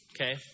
okay